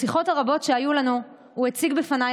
בשיחות הרבות שהיו לנו הוא הציג בפניי